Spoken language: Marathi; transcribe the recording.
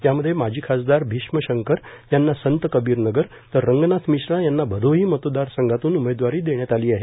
यामध्ये माजी खासदार भीष्मशंकर यांना संतकबीर नगर तर रंगनाथ मिश्रा यांना भदोही मतदार संघातून उमेदवारी देण्यात आली आहे